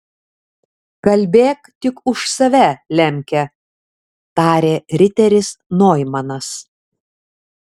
kalbėk tik už save lemke tarė riteris noimanas